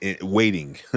waiting